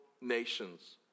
nations